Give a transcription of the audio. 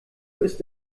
ist